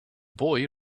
boy